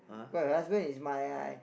her husband is my I